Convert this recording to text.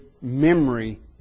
memory